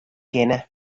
kinne